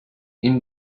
این